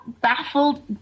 baffled